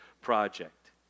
project